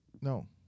No